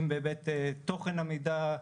אם בהיבט תוכן המידע,